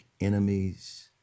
enemies